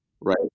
Right